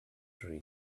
dream